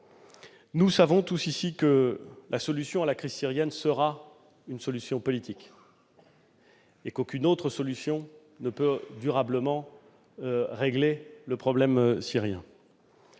Nous savons tous ici que la solution à la crise syrienne sera une solution politique : aucune autre solution ne peut durablement régler le problème syrien.